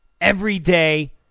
everyday